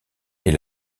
est